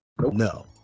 No